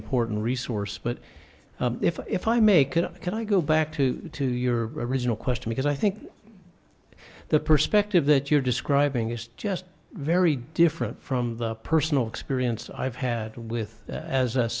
important resource but if i may can i can i go back to to your original question because i think the perspective that you're describing is just very different from the personal experience i've had with as a